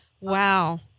Wow